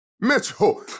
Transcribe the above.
Mitchell